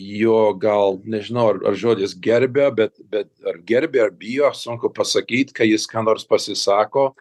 jo gal nežinau ar žodis gerbia bet bet ar gerbė ar bijo sunku pasakyti ką jis ką nors pasisako